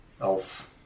elf